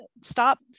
stop